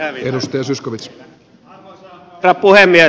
arvoisa herra puhemies